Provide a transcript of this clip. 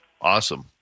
awesome